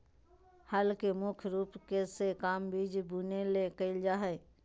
हल के मुख्य रूप से काम बिज बुने ले कयल जा हइ